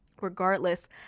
regardless